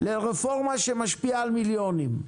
לרפורמה שמשפיעה על מיליונים.